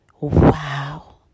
Wow